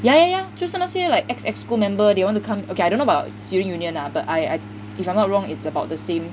yeah yeah yeah 就是那些 like ex EXCO member they want to come okay I don't know about student union lah but I I if I'm not wrong it's about the same